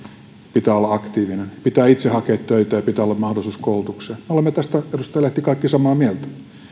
pitää olla aktiivinen pitää itse hakea töitä ja pitää olla mahdollisuus koulutukseen me olemme tästä edustaja lehti kaikki samaa mieltä